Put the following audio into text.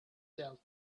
sell